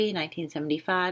1975